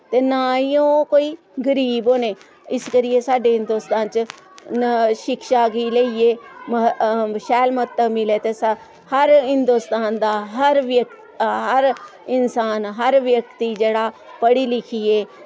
ते ना ही ओह् कोई गरीब होने इस करियै साढ़े हिन्दोस्तान च न शिक्षा गी लेइयै शैल म्हत्तव मिलै ते हर हिन्दोस्तान दा हर हर इंसान हर व्यक्ति जेह्ड़ा पढ़ी लिखियै